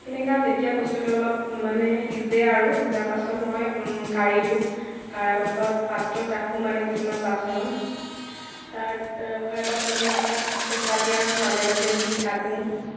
তেনেকুৱা যেতিয়া বস্তুটো অলপ মানে সিজে আৰু সিজাৰ পিছত মই কাঢ়ি দিওঁ কঢ়াৰ পাছত পাত্ৰত ৰাখোঁ মানে কিছুমান বাচনত তাত ৰখাৰ পাছত মই তাত কেঁচা পিয়াঁজ মাজে মাজে দি কাটোঁ